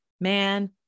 man